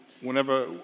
whenever